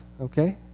okay